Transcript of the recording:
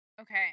Okay